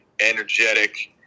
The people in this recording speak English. energetic